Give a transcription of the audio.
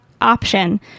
option